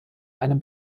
einem